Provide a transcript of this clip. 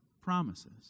promises